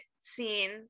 scene